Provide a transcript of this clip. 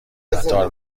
قطار